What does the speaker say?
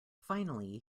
finally